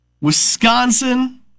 Wisconsin